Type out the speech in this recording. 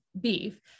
beef